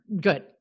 good